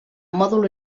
mòdul